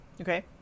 Okay